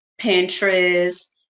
Pinterest